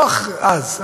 לא אז,